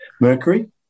Mercury